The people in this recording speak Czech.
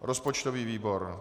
Rozpočtový výbor.